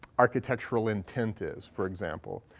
architectural intent is, for example.